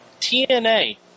TNA